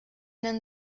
denn